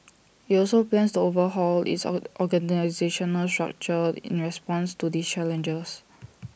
IT also plans to overhaul its or organisational structure in response to these challenges